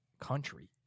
country